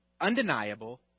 undeniable